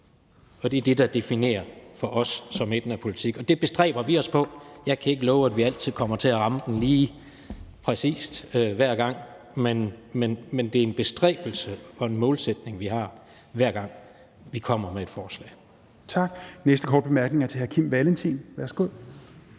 Det er det, der definerer det for os som midten af politik, og det bestræber vi os på. Jeg kan ikke love, at vi altid kommer til at ramme den lige præcist hver gang, men det er en bestræbelse og en målsætning, vi har, hver gang vi kommer med et forslag. Kl. 16:34 Fjerde næstformand (Rasmus